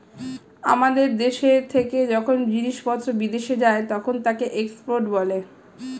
আমাদের দেশ থেকে যখন জিনিসপত্র বিদেশে যায় তখন তাকে এক্সপোর্ট বলে